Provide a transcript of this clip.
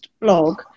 blog